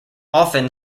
often